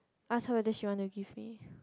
ask her that she want to give me